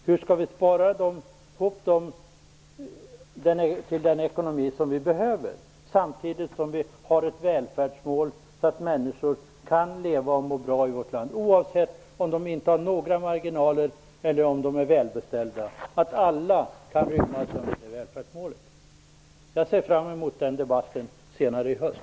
Hur skall vi spara så att vi får den ekonomi som vi behöver, samtidigt som vi har ett välfärdsmål som gör att människor kan leva och må bra i vårt land, oavsett om de saknar marginaler eller är välbeställda? Alla skall kunna omfattas av det välfärdsmålet. Jag ser fram emot den debatten senare i höst.